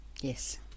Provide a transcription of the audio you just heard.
Yes